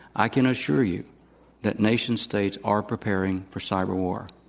i can assure you that nation states are preparing for cyber war.